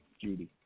Judy